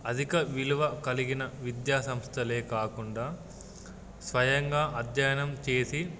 అధిక విలువ కలిగిన విద్యా సంస్థలే కాకుండా స్వయంగా అధ్యయనం చేసి